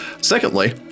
Secondly